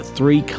three